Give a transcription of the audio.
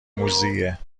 موذیه